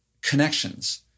connections